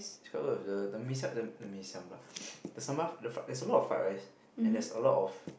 it's quite worth the the mee-siam the the mee-siam lah the sambal there there's a lot of fried rice and there's a lot of